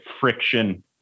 friction